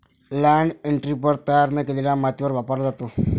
land imprinter तयार न केलेल्या मातीवर वापरला जातो